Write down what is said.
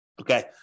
Okay